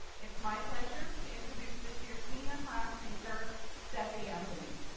it's my pleasure to introduce this year's senior class speaker steffi antony.